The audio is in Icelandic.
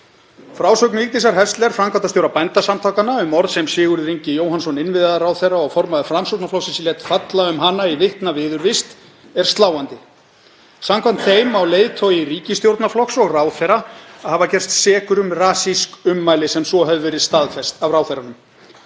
Frásögn Vigdísar Häsler, framkvæmdastjóra Bændasamtakanna, um orð sem Sigurður Ingi Jóhannsson, innviðaráðherra og formaður Framsóknarflokksins, lét falla um hana í vitna viðurvist, er sláandi. Samkvæmt þeim á leiðtogi ríkisstjórnarflokks og ráðherra að hafa gerst sekur um rasísk ummæli sem svo hefur verið staðfest af ráðherranum.